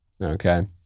Okay